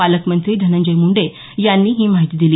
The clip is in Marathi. पालकमंत्री धनंजय मुंडे यांनी ही माहिती दिली